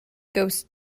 ghost